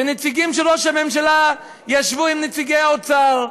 ונציגים של ראש הממשלה ישבו עם נציגי האוצר,